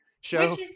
show